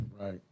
Right